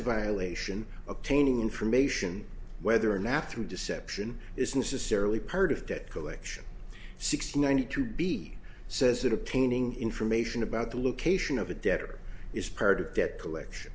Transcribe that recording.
a violation attaining information whether or not through deception is necessarily part of that collection sixty ninety two b says that a painting information about the location of a debtor is part of that collect